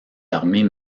armées